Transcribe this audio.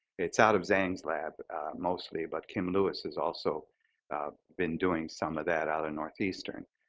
it's out of zhang's lab mostly, but kim lewis is also been doing some of that out of northeastern